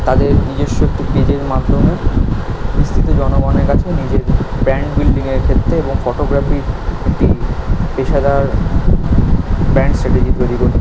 তাদের নিজস্ব একটি পেজের মাধ্যমে উপস্থিত জনগণের কাছে নিজের ব্র্যান্ড উইলবিংয়ের ক্ষেত্রে এবং ফটোগ্রাফির এই পেশাদার ব্র্যান্ড স্ট্র্যাটেজি তৈরি করতে